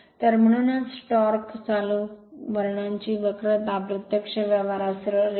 तर म्हणूनच टॉर्क चालू वर्णांची वक्रता प्रत्यक्ष व्यवहारात सरळ रेष आहे